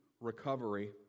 recovery